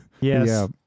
Yes